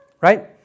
Right